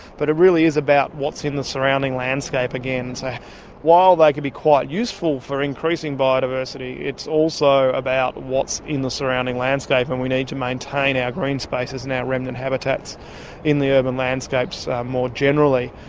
but it really is about what's in the surrounding landscape again. so while they can be quite useful for increasing biodiversity, it's also about what's in the surrounding landscape, and we need to maintain our green spaces and our remnant habitats in the urban landscapes more generally.